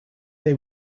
they